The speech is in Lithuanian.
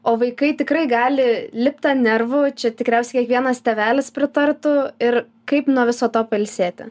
o vaikai tikrai gali lipt ant nervų čia tikriausiai kiekvienas tėvelis pritartų ir kaip nuo viso to pailsėti